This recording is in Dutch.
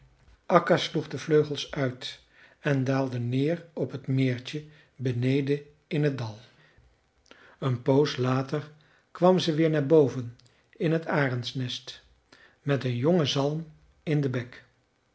sloeg de vleugels uit en daalde neer op het meertje beneden in t dal een poos later kwam ze weer naar boven in t arendsnest met een jonge zalm in den bek